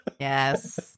Yes